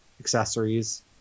accessories